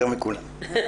יותר מכולם.